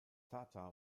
tata